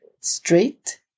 straight